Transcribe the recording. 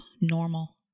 normal